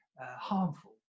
harmful